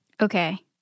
Okay